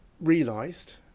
realised